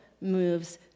moves